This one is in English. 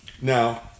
Now